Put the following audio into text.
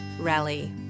rally